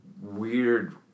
weird